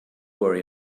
worry